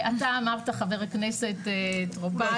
אתה אמרת חבר הכנסת טור פז,